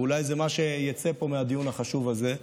ואולי זה מה שיצא פה מהדיון החשוב הזה,